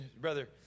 brother